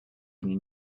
venus